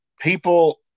people